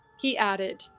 he added,